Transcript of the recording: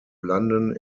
london